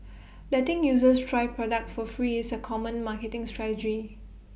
letting users try products for free is A common marketing strategy